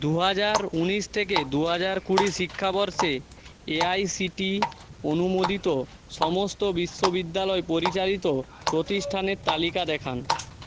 দু হাজার ঊনিশ থেকে দু হাজার কুড়ি শিক্ষাবর্ষে এআইসিটি অনুমোদিত সমস্ত বিশ্ববিদ্যালয় পরিচালিত প্রতিষ্ঠানের তালিকা দেখান